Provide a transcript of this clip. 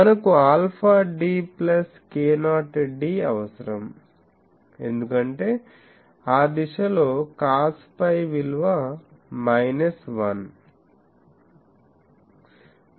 మనకు alpha d plus k0 d అవసరం ఎందుకంటే ఆ దిశలో కాస్ పై విలువ మైనస్ 1